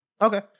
okay